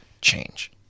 change